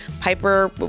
Piper